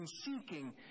seeking